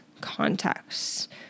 context